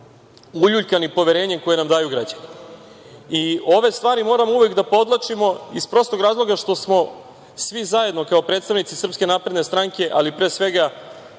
uljuljkani poverenjem koje nam daju građani. Ove stvari moramo uvek da podvlačimo iz prostog razloga što smo svi zajedno kao predstavnici SNS, ali pre svega